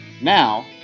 Now